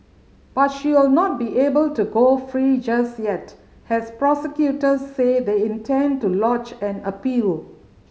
but she will not be able to go free just yet has prosecutors said they intend to lodge an appeal